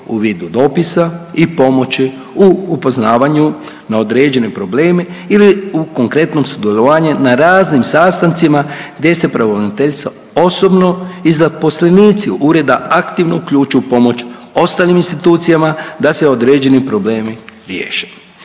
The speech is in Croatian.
u vidu dopisa i pomoći u upoznavanju na određene probleme ili u konkretnom, sudjelovanje na raznim sastancima gdje se pravobraniteljica osobno i zaposlenici Ureda aktivno uključuju u pomoć ostalim institucijama da se određeni problemi riješe.